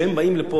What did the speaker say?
ואחריו,